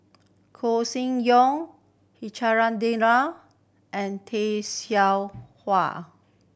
Koeh Sing Yong and Tay Seow Huah